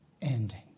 ending